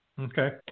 Okay